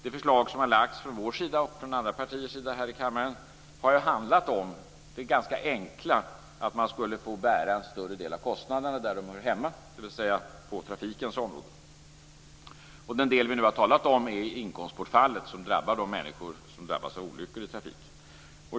Det förslag som har lagts fram från vår och andra partiers sida här i kammaren har handlat om det ganska enkla, att man skulle få bära en större del av kostnaderna där de hör hemma, dvs. på trafikens område. Den del vi nu har talat om är inkomstbortfallet som drabbar de människor som drabbas av olyckor i trafiken.